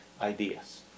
ideas